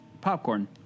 popcorn